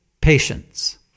patience